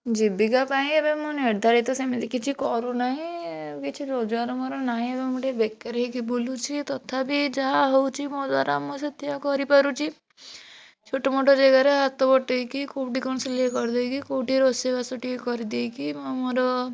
ଜୀବିକା ପାଇଁ ଏବେ ମୁଁ ନିର୍ଦ୍ଧାରିତ ସେମିତି କିଛି କରୁନାହିଁ କିଛି ରୋଜଗାର ମୋର ନାହିଁ ମୁଁ ଏବେ ଟିକିଏ ବେକାରିଆ ହେଇକି ବୁଲୁଛି ତଥାପି ଯାହା ହଉଛି ମୋ ଦ୍ୱାରା ମୁଁ ସେତିକ କରିପାରୁଛି ଛୋଟମୋଟ ଜାଗାରେ ହାତ ବଟେଇକି କେଉଁଠି କ'ଣ ସିଲେଇ କରିଦେଇକି କେଉଁଠି ରୋଷେଇ ବାସ ଟିକିଏ କରିଦେଇକି ମୁଁ ମୋର